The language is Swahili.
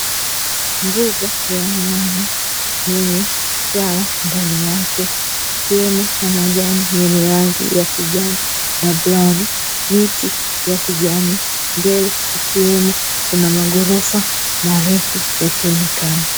Mbuga ya wanyama yenye swala ndani yake yakiwemo majani yenye rangi ya kijani na brauni, miti ya kijani, mbele ikiwemo kuna magorofa marefu yakionekana.